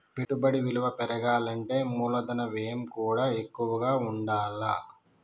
పెట్టుబడి విలువ పెరగాలంటే మూలధన వ్యయం కూడా ఎక్కువగా ఉండాల్ల